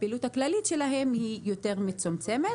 לפעילות הכללית שלהם היא יותר מצומצמת,